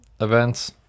events